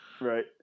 Right